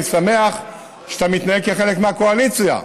אני שמח שאתה מתנהג כחלק מהקואליציה.